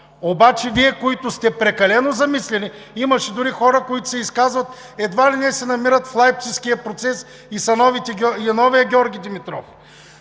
Обаче Вие, които сте прекалено замислени, имаше дори хора, които се изказват, едва ли не се намират в Лайпцигския процес и са новият Георги Димитров,